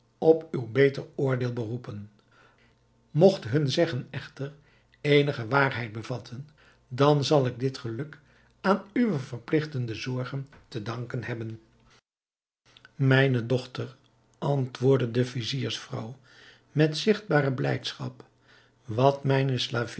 op uw beter